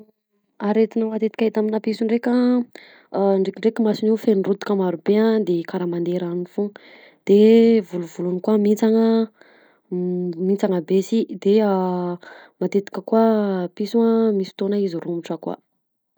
Aretina matetika ita amina piso nndreka a! aa drekidreky mason'io feno rotoka maro be a de karaha mandeha rano foagna de volovolony koa mihintsana mihintsana be si de matetika koa piso a misy fotoana izy romotra koa.